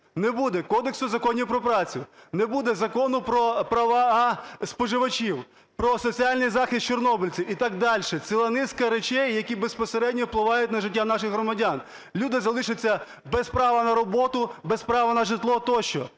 не буде Кодексу законів про працю, не буде Закону про права споживачів, про соціальний захист чорнобильців і так дальше! Ціла низка речей, які безпосередньо впливають на життя наших громадян. Люди залишаться без права на роботу, без права на житло тощо.